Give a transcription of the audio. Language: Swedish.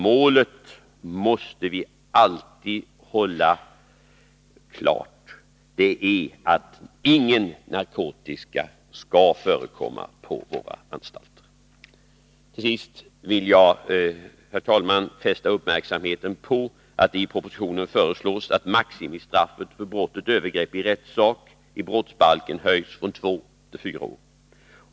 Målet måste vi alltid hålla klart, och det är att ingen narkotika skall förekomma på våra anstalter. Till sist vill jag, herr talman, fästa uppmärksamheten på att det i propositionen föreslås att maximistraffet för brottet övergrepp i rättssak i brottsbalken höjs från två till fyra år.